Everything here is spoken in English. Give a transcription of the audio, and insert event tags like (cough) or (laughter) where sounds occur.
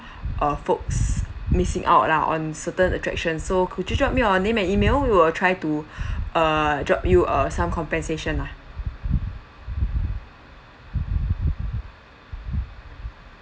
uh folks missing out lah on certain attraction so could you drop me your name and email we will try to (breath) err drop you uh some compensation lah